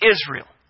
Israel